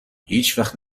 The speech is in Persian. هیچوقت